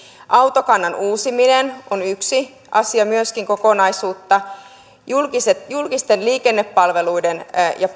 autokannan uusiminen on myöskin yksi osa kokonaisuutta julkisten liikennepalveluiden ja